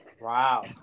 Wow